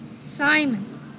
Simon